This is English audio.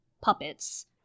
Puppets